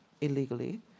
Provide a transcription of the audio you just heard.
illegally